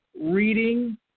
reading